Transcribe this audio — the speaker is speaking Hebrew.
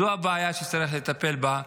זו הבעיה שצריך לטפל בה.